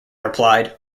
replied